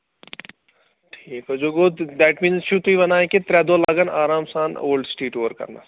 ٹھیٖک حظ that means چھُو تُہۍ وَنان کہِ ترٛےٚ دۄہ لَگَن آرام سان اولڈٕ سِٹی ٹوٗر کرنَس